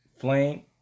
flame